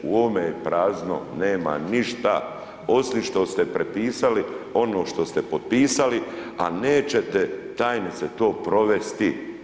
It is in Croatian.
U ovome je prazno, nema ništa osim što ste prepisali ono što ste potpisali a nećete tajnice to provesti.